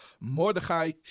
mordechai